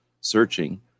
searching